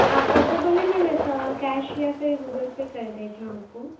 آپ جیسا بولےمیں ویسا کیش یا پھر گوگل پے کر دیتی ہوں آپ کو